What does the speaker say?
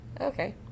Okay